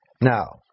Now